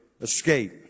escape